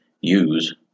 use